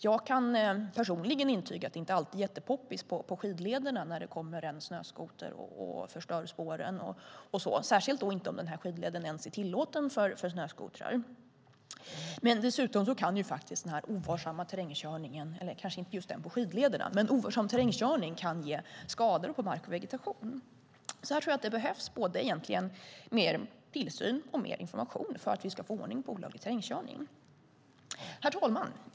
Jag kan personligen intyga att det inte alltid är jättepoppis på skidlederna när det kommer en snöskoter och förstör spåren, särskilt om skidleden inte ens är tillåten för snöskotrar. Dessutom kan ovarsam terrängkörning ge skador på mark och vegetation. Här tror jag att det behövs både mer tillsyn och mer information för att vi ska få ordning på olaglig terrängköring. Herr talman!